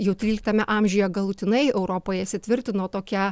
jau tryliktame amžiuje galutinai europoje įsitvirtino tokia